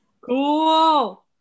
Cool